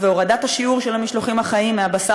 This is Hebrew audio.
מה גם,